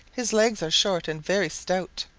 his legs are short and very stout.